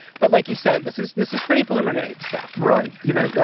but like you said, this is this is pretty preliminary stuff right. you know, yeah